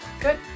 good